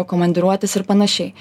komandiruotės ir panašiai